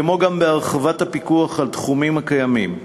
כמו גם בהרחבת הפיקוח על תחומים קיימים.